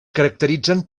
caracteritzen